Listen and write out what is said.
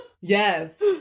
Yes